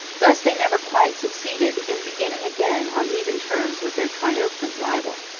thus they never quite succeeded in beginning again on even terms with their triumphant rival.